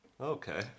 okay